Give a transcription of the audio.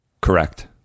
Correct